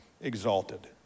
exalted